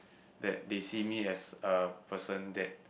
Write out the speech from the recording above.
that they see me as a person that